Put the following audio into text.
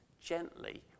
gently